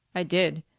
i did.